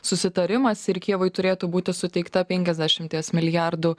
susitarimas ir kijevui turėtų būti suteikta penkiasdešimties milijardų